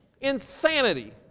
Insanity